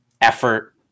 effort